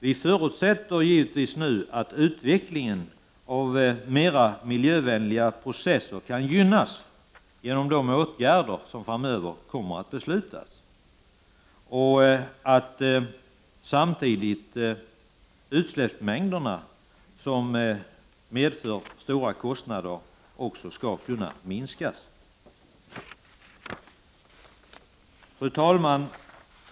Vi förutsätter givetvis att utvecklingen av mera miljövänliga processer kan gynnas genom de åtgärder som det framöver kommer att beslutas om och att mängden av sådana utsläpp som medför stora kostnader samtidigt skall kunna minskas. Fru talman!